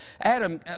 Adam